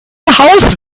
house